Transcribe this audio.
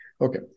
Okay